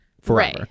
forever